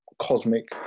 cosmic